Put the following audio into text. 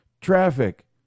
traffic